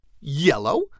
yellow